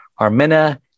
Armena